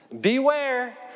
beware